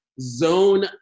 zone